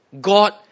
God